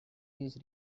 these